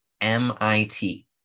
MIT